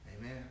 Amen